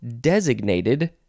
designated